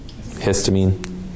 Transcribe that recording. Histamine